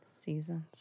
Seasons